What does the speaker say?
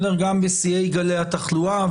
גם בשיאי גלי התחלואה.